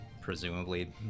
presumably